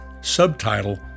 subtitle